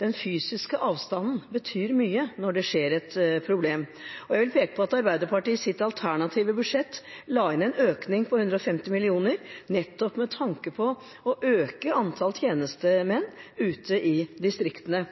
Den fysiske avstanden betyr mye når det oppstår et problem. Jeg vil peke på at Arbeiderpartiet i sitt alternative budsjett la inn en økning på 150 mill. kr nettopp med tanke på å øke antall tjenestemenn ute i distriktene.